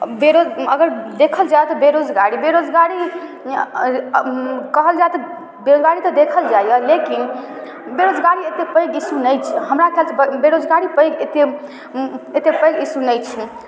बेरो अगर देखल जाए तऽ बेरोजगारी बेरोजगारी कहल जाए तऽ बेरोजगारी तऽ देखल जाइए लेकिन बेरोजगारी एतेक पैघ इश्यू नहि छै हमरा खिआलसँ बेरोजगारी पैघ एतेक एतेक पैघ इश्यू नहि छै